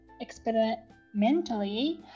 experimentally